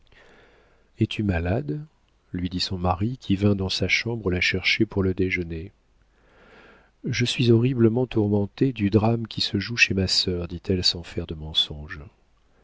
es-tu malade lui dit son mari qui vint dans sa chambre la chercher pour le déjeuner je suis horriblement tourmentée du drame qui se joue chez ma sœur dit-elle sans faire de mensonge